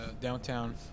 downtown